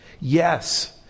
Yes